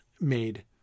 made